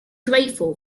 grateful